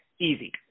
easy